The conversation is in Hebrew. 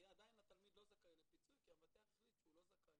עדיין התלמיד לא זכאי לפיצוי כי המבטח החליט שהוא לא זכאי,